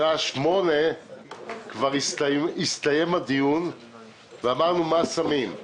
בשעה 08:00 כבר הסתיים הדיון ואמרנו מה שמים.